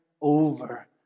over